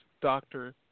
doctor